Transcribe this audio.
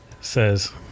says